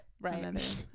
Right